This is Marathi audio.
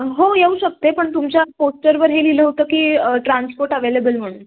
हो येऊ शकते पण तुमच्या पोस्टरवर हे लिहिलं होतं की ट्रान्सपोर्ट अवेलेबल म्हणून